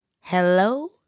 Hello